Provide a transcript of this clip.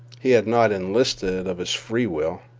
he had not enlisted of his free will.